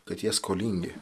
kad jie skolingi